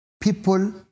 people